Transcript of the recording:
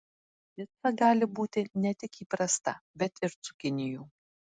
pica gali būti ne tik įprasta bet ir cukinijų